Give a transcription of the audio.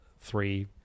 three